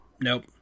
nope